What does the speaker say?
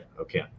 Okay